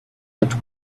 looked